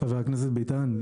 חבר הכנסת ביטן,